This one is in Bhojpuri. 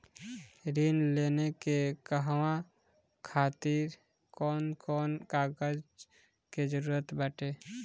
ऋण लेने के कहवा खातिर कौन कोन कागज के जररूत बाटे?